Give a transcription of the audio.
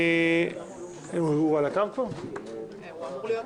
יישר כוח.